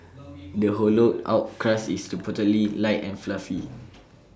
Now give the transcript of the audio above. the hollowed out crust is reportedly light and fluffy